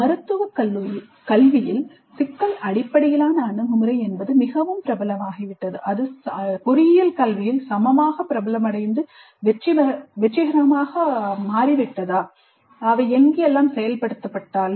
மருத்துவக் கல்வியில் சிக்கல் அடிப்படையிலான அணுகுமுறை மிகவும் பிரபலமாகிவிட்டது அது சமமாக பிரபலமடைந்து பொறியியல் கல்வியில் வெற்றிகரமாக மாறிவிட்டதா அவை எங்கு செயல்படுத்தப்பட்டாலும்